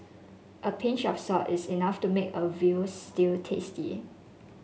a pinch of salt is enough to make a veal stew tasty